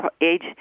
age